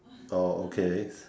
oh okay